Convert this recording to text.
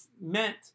meant